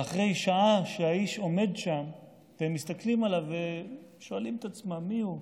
ואחרי שעה שהאיש עומד שם והם מסתכלים עליו ושואלים את עצמם מיהו,